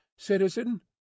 citizen